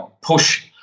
push